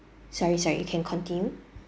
sorry sorry you can continue